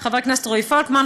חבר הכנסת רועי פולקמן,